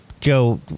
Joe